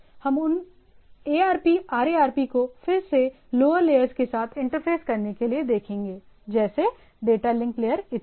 हम उन ARP RARP को फिर से लोअर लेयर्स के साथ इंटरफेस करने के लिए देखेंगे जैसे डेटा लिंक लेयर इत्यादि